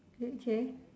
with J